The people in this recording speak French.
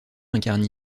incarne